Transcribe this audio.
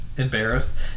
embarrassed